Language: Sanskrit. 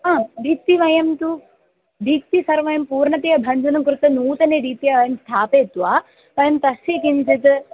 हा भित्तिः वयं तु भित्तिः सर्वं पूर्णतया भञ्जनं कृत्वा नूतनरीत्या वयं स्थापयित्वा वयं तस्य किञ्चित्